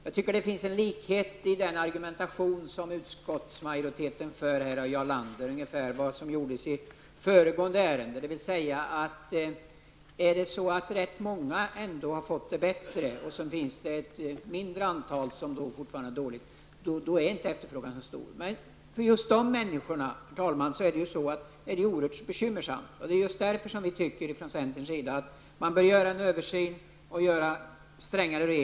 Jag tycker att det finns en likhet mellan å ena sidan utskottsmajoritetens och Jarl Landers argumentation här och å andra sidan behandlingen av föregående ärende. Man tycks alltså mena att efterfrågan inte är så stor om det är rätt många människor som har fått det bättre. Man bortser då från att det finns ett mindre antal människor som får fortsätta att ha det dåligt. Men det är ju just för de människorna, herr talman, som situationen är oerhört bekymmersam. Det är just därför som vi i centern tycker att en översyn bör göras. Vidare behövs det strängare regler.